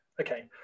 okay